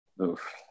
Oof